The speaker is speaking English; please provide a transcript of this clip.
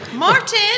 Martin